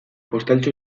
postaltxo